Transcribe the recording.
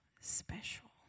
special